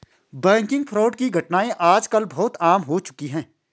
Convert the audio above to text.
banking fraud की घटनाएं आज कल बहुत आम हो चुकी है